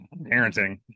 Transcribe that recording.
Parenting